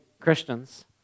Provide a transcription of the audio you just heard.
Christians